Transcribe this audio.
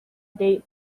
date